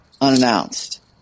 unannounced